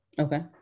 Okay